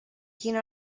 quina